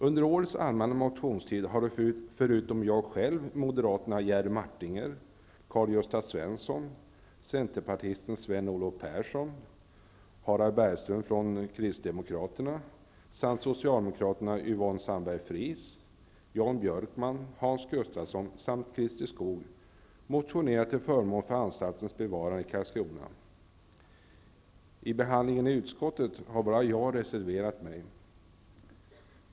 Under årets allmänna motionstid har förutom jag själv moderaterna Jerry Martinger och Karl-Gösta Karlskrona. Vid behandlingen i utskottet har bara jag reserverat mig.